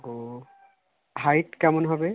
ও height কেমন হবে